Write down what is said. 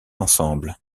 ensemble